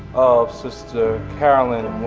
of sister carolyn